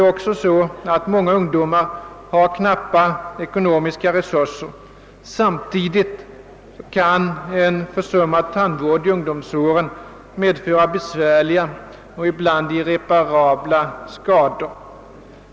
Många ungdomar har också knappa ekonomiska resurser. En försummad tandvård i ungdomsåren kan medföra besvärliga och ibland irreparabla skador.